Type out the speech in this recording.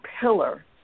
pillar